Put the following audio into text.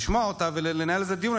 לשמוע אותה ולנהל על זה דיון,